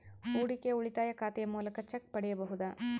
ಹೂಡಿಕೆಯ ಉಳಿತಾಯ ಖಾತೆಯ ಮೂಲಕ ಚೆಕ್ ಪಡೆಯಬಹುದಾ?